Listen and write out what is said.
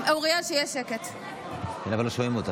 לא שומעים.